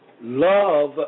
Love